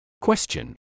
Question